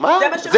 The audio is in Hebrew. זה מה --- מה,